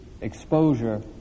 exposure